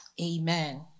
Amen